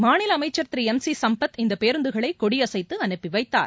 மாநிலஅமைச்சர் திருளம் சிசம்பத் இந்தபேருந்துகளைகொடியசைத்துஅனுப்பிவைத்தார்